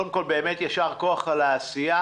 קודם כול, באמת יישר כוח על העשייה.